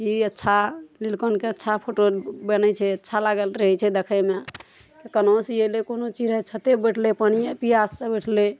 की अच्छा लिलकंठके अच्छा फोटो बनै छै अच्छा लागैत रहै छै देखैमे कना सी अयलै कोनो चिड़ै छते बैठलै पानिये पियास सऽ बैठलै